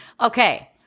Okay